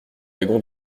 wagon